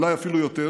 אולי אפילו יותר,